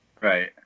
Right